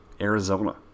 Arizona